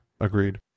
Agreed